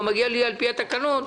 או מגיע לי על-פי התקנון,